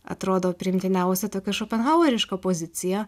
atrodo priimtiniausia tokia šopenhaueriška pozicija